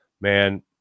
man